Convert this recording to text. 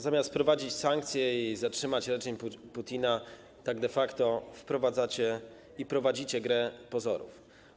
Zamiast wprowadzać sankcje i zatrzymać reżim Putina, de facto wprowadzacie i prowadzicie grę pozorów.